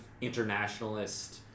internationalist